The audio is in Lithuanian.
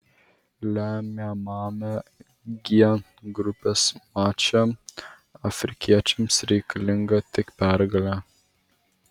lemiamame g grupės mače afrikiečiams reikalinga tik pergalė